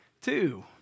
Two